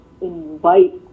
invite